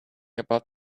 about